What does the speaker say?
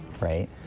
right